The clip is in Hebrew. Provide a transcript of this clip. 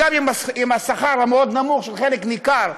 עם השכר המאוד-נמוך של חלק ניכר,